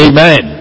Amen